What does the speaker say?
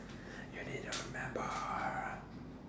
you need to remember